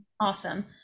Awesome